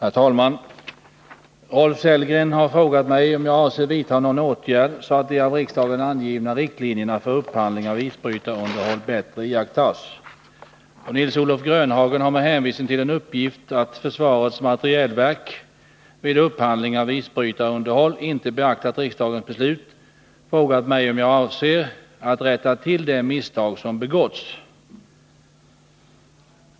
Herr talman! Rolf Sellgren har frågat mig om jag avser vidta någon åtgärd så att de av riksdagen angivna riktlinjerna för upphandling av isbrytarunderhåll bättre iakttas. Nils-Olof Grönhagen har med hänvisning till en uppgift att försvarets materielverk vid upphandling av isbrytarunderhåll inte beaktat riksdagens beslut, frågat mig om jag avser att rätta till det misstag som begåtts.